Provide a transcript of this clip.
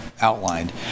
outlined